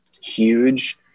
huge